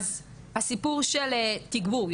אז הסיפור של תגבור,